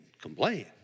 complain